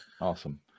Awesome